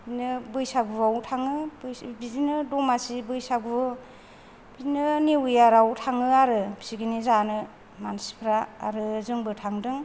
बिदिनो बैसागुआवबो थाङो बिदिनो दमासि बैसागु बिदिनो निउ इयार आव थाङो आरो पिकनिक जानो मानसिफ्रा आरो जोंबो थांदों